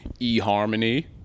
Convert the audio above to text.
eHarmony